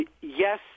Yes